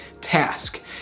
task